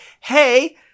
hey